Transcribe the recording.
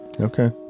Okay